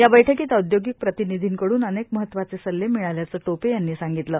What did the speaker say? या बैठकीत औदयोगिक प्रतिनिधींकडूनही अनेक महत्त्वाचे सल्ले मिळाल्याचं टोपे यांनी सांगितलं